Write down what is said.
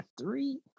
three